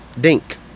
Dink